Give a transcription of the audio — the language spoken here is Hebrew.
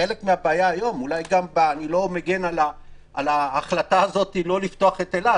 אני לא מגן על ההחלטה לא לפתוח את אילת,